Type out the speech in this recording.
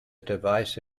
device